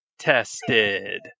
Tested